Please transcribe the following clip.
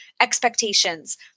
expectations